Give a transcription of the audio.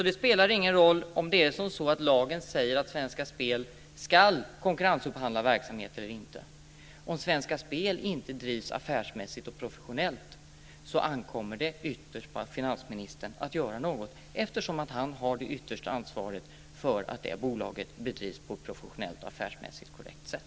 Det spelar alltså ingen roll om det är så att lagen säger att Svenska Spel ska konkurrensupphandla verksamhet eller inte. Om Svenska Spel inte drivs affärsmässigt och professionellt ankommer det ytterst på finansministern att göra något eftersom han har det yttersta ansvaret för att detta bolag drivs på ett professionellt och affärsmässigt korrekt sätt.